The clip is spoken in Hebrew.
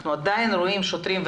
אנחנו עדיין רואים שוטרים,